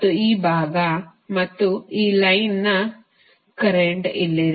ಮತ್ತು ಈ ಭಾಗ ಮತ್ತು ಈ ಲೈನ್ನ ಕರೆಂಟ್ ಇಲ್ಲಿದೆ